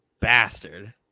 bastard